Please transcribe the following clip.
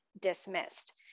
dismissed